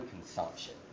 consumption